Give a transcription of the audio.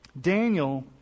Daniel